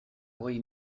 hogei